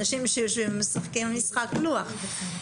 אנשים שיושבים ומשחקים במשחק לוח,